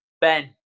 Ben